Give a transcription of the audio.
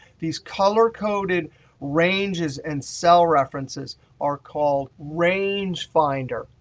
these color-coded ranges and cell references are called range finder.